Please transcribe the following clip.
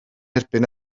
erbyn